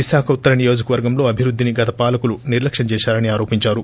విశాఖ ఉత్తర నియోజకవర్గంలో జిల్పద్దినిగత పాలకులు నిర్లక్యం చేశారని ఆరోపిందారు